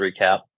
recap